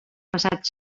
passat